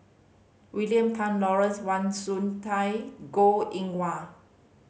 William Tan Lawrence Wong Shyun Tsai Goh Eng Wah